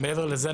מעבר לזה,